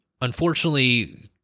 unfortunately